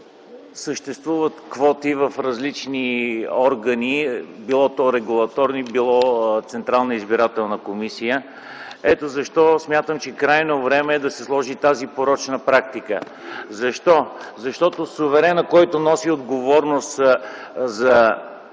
съществуват квоти в различни органи, било то регулаторни, било Централна избирателна комисия. Ето защо смятам, че е крайно време да се сложи край на тази порочна практика. Защо? Защото суверенът, който носи отговорност за